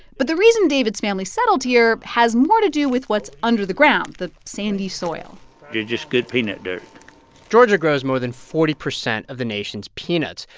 but the reason david's family settled here has more to do with what's under the ground the sandy soil it's just good peanut dirt georgia grows more than forty percent of the nation's peanuts.